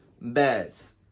beds